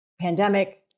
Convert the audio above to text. pandemic